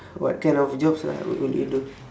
what kind of jobs lah what would you do